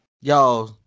Yo